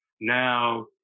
now